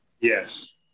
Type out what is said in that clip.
Yes